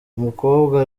umukobwa